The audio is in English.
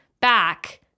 back